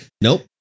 nope